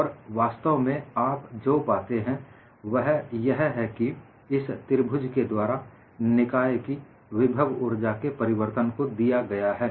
और वास्तव में आप जो पाते हैं वह यह है कि इस त्रिभुज के द्वारा निकाय की विभव ऊर्जा के परिवर्तन को दिया गया है